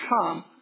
come